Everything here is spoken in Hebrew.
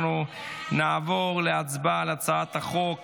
אנחנו נעבור להצבעה על הצעת חוק